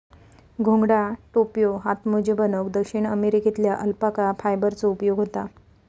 घोंगडा, टोप्यो, हातमोजे बनवूक दक्षिण अमेरिकेतल्या अल्पाका फायबरचो उपयोग होता